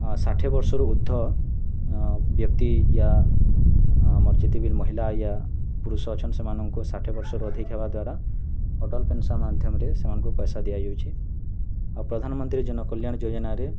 ଷାଠିଏ ବର୍ଷରୁ ଉର୍ଦ୍ଦ ବ୍ୟକ୍ତି ୟା ଆମର୍ ଯେତେ ବିଲ୍ ମହିଲା ୟା ପୁରୁଷ ଅଛନ୍ତି ସେମାନଙ୍କୁ ଷାଠିଏ ବର୍ଷରୁ ଅଧିକା ହେବା ଦ୍ୱାରା ଅଟଲ୍ ପେନ୍ସନ୍ ମାଧ୍ୟମରେ ସେମାନଙ୍କୁ ପଇସା ଦିଆଯାଉଛି ଆଉ ପ୍ରଧାନମନ୍ତ୍ରୀ ଜନ କଲ୍ୟାଣ ଯୋଜନାରେ